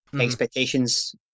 expectations